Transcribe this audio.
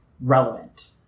relevant